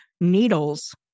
needles